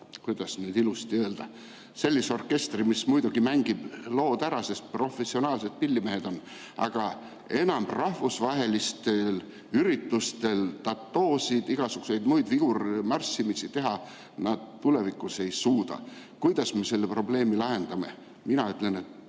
kuidas nüüd ilusasti öelda, orkestri, mis muidugi mängib lood ära, sest seal on professionaalsed pillimehed, aga enam rahvusvahelistel üritusteltattoo'sid ja igasuguseid muid vigurmarssimisi nad tulevikus teha ei suuda. Kuidas me selle probleemi lahendame? Mina ütlen, et